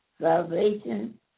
Salvation